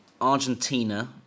Argentina